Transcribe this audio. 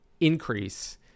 increase